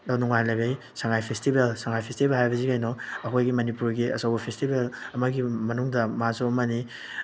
ꯅꯨꯡꯉꯥꯏ ꯂꯩꯔꯛꯏ Sangai festival Sangai festival ꯍꯥꯏꯕꯁꯤ ꯀꯩꯅꯣ ꯑꯩꯈꯣꯏꯒꯤ ꯃꯅꯤꯄꯨꯔꯒꯤ ꯑꯆꯧꯕ ꯐꯦꯁꯇꯤꯚꯦꯜ ꯑꯃꯒꯤ ꯃꯅꯨꯡꯗ ꯃꯥꯁꯨ ꯑꯃꯅꯤ